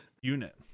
unit